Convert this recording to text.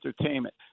entertainment